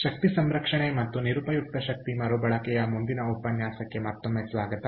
ಶಕ್ತಿ ಸಂರಕ್ಷಣೆ ಮತ್ತು ನಿರುಪಯುಕ್ತ ಶಕ್ತಿ ಮರುಬಳಕೆಯ ಮುಂದಿನ ಉಪನ್ಯಾಸಕ್ಕೆ ಮತ್ತೊಮ್ಮೆ ಸ್ವಾಗತ